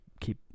keep